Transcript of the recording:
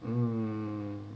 um